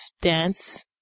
dance